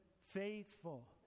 faithful